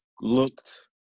looked